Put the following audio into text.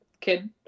kid